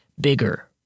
bigger